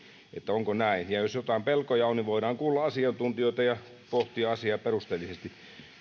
onko näin ja jos jotain pelkoja on niin voidaan kuulla asiantuntijoita ja pohtia asiaa perusteellisesti